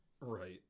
Right